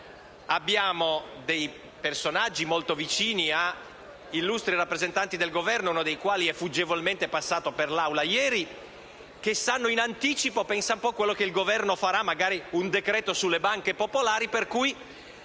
Abbiamo dei personaggi molto vicini a illustri rappresentanti del Governo, uno dei quali è fuggevolmente passato per l'Aula ieri, che sanno in anticipo ciò che il Governo farà. Magari si tratta di un decreto sulle banche popolari, e allora